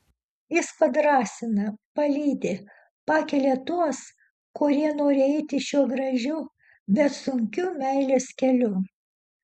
jis padrąsina palydi pakelia tuos kurie nori eiti šiuo gražiu bet sunkiu meilės keliu